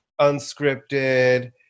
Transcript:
unscripted